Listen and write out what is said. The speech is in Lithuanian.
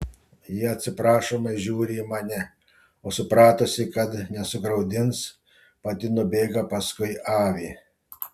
ji atsiprašomai žiūri į mane o supratusi kad nesugraudins pati nubėga paskui avį